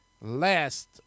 last